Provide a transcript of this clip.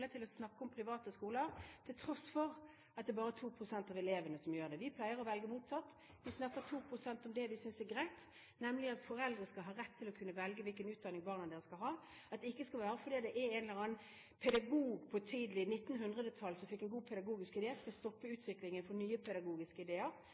skole til å snakke om private skoler, til tross for at det bare er 2 pst. av elevene som går der. Vi pleier å velge det motsatte. Vi snakker 2 pst. om det vi synes er greit, nemlig at foreldre skal ha rett til å kunne velge hvilken utdanning barna deres skal ha. Det skal ikke være slik at en eller annen pedagog tidlig på 1900-tallet som fikk en god idé, skal stoppe